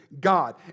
God